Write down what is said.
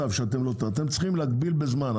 אתם צריכים להגביל את זה בזמן.